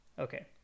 Okay